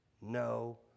no